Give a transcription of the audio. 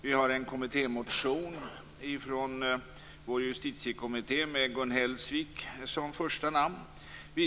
Vi har också en kommittémotion från vår justitiekommitté med Gun Hellsvik som första namn.